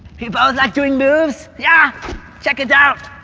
we both like doing moves, yeah check it out!